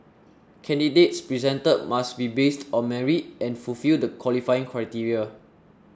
candidates presented must be based on merit and fulfil the qualifying criteria